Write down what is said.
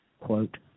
quote